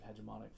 hegemonic